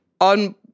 on